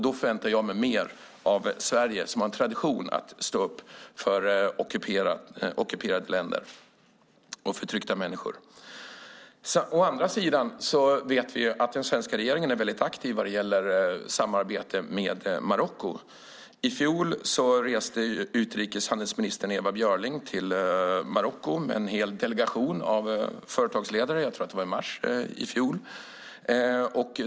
Då väntar jag mig mer av Sverige, som har en tradition av att stå upp för ockuperade länder och förtryckta människor. Å andra sidan vet vi att den svenska regeringen är mycket aktiv när det gäller samarbete med Marocko. I fjol reste utrikeshandelsminister Ewa Björling till Marocko med en hel delegation av företagsledare. Jag tror att det var i mars i fjol.